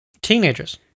teenagers